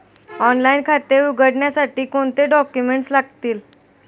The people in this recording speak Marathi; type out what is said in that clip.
ऑनलाइन खाते उघडण्यासाठी कोणते डॉक्युमेंट्स लागतील?